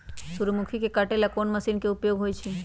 सूर्यमुखी के काटे ला कोंन मशीन के उपयोग होई छइ?